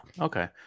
Okay